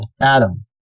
Adam